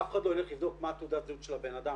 אף אחד לא יילך לבדוק מה תעודת הזהות של הבן אדם,